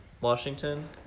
Washington